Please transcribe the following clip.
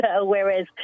whereas